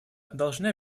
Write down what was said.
должны